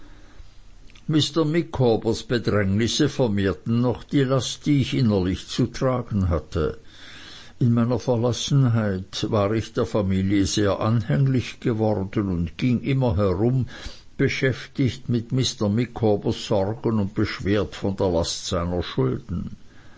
mr micawbers bedrängnisse vermehrten noch die last die ich innerlich zu tragen hatte in meiner verlassenheit war ich der familie sehr anhänglich geworden und ging immer herum beschäftigt mit mr micawbers sorgen und beschwert von der last seiner schulden